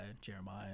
Jeremiah